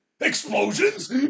Explosions